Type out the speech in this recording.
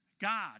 God